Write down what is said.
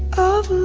of